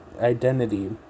identity